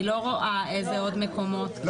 אני לא רואה איזה עוד מקומות.